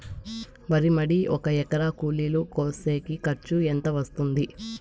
వరి మడి ఒక ఎకరా కూలీలు కోసేకి ఖర్చు ఎంత వస్తుంది?